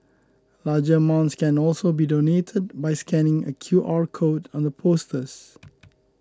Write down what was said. larger amounts can also be donated by scanning a Q R code on the posters